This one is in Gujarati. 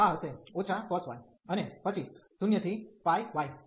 તો આ હશે cos y અને પછી 0 થી y